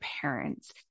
parents